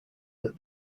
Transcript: that